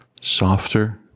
softer